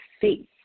faith